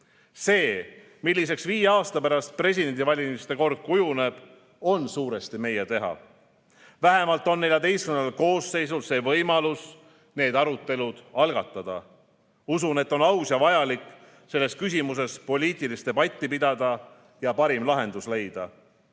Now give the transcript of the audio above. See, milliseks viie aasta pärast presidendivalimiste kord kujuneb, on suuresti meie teha. Vähemalt on Riigikogu XIV koosseisul võimalus need arutelud algatada. Usun, et on aus ja vajalik selles küsimuses poliitilist debatti pidada ja parim lahendus leida.